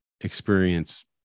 experience